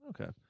Okay